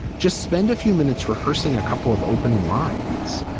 just spend a few minutes rehearsing a couple of opening lines.